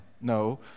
No